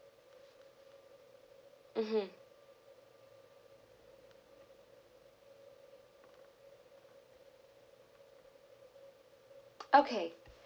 mmhmm okay